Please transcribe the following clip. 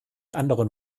anderen